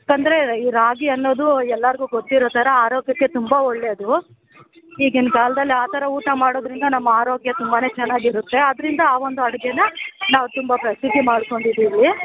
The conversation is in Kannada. ತೊಂದರೆ ಈ ರಾಗಿ ಅನ್ನೋದು ಎಲ್ಲರಿಗೂ ಗೊತ್ತಿರೋ ಥರ ಆರೋಗ್ಯಕ್ಕೆ ತುಂಬ ಒಳ್ಳೆಯದು ಈಗಿನ ಕಾಲ್ದಲ್ಲಿ ಆ ಥರ ಊಟ ಮಾಡೋದರಿಂದ ನಮ್ಮ ಆರೋಗ್ಯ ತುಂಬಾ ಚೆನ್ನಾಗಿರುತ್ತೆ ಆದ್ದರಿಂದ ಆ ಒಂದು ಅಡಿಗೇನಾ ನಾವು ತುಂಬ ಪ್ರಸಿದ್ಧಿ ಮಾಡ್ಕೊಂಡಿದ್ದೀವಿ